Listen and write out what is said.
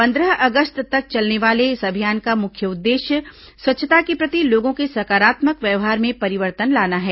पंद्रह अगस्त तक चलने वाले इस अभियान का मुख्य उद्देश्य स्वच्छता के प्रति लोगों के सकारात्मक व्यवहार में परिवर्तन लाना है